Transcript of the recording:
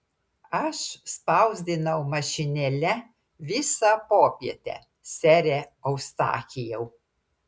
aš spausdinau mašinėle visą popietę sere eustachijau